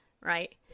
Right